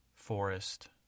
forest